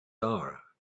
are